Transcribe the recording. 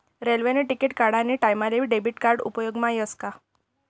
रेल्वेने तिकिट काढानी टाईमले डेबिट कार्ड उपेगमा यस का